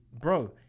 bro